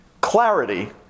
clarity